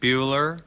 Bueller